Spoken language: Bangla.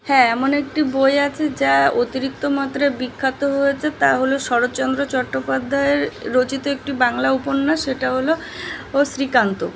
হ্যাঁ এমন একটি বই আছে যা অতিরিক্ত মাত্রায় বিখ্যাত হয়েছে তা হলো শরৎচন্দ্র চট্টোপাধ্যায়ের রচিত একটি বাংলা উপন্যাস সেটা হলো ও শ্রীকান্ত